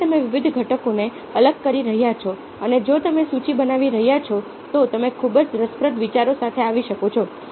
ફરીથી તમે વિવિધ ઘટકોને અલગ કરી રહ્યા છો અને જો તમે સૂચિ બનાવી રહ્યા છો તો તમે ખૂબ જ રસપ્રદ વિચારો સાથે આવી શકો છો